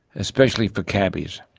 especially for cabbies.